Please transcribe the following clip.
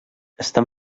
estan